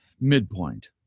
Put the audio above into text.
midpoint